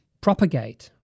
propagate